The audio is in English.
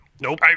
Nope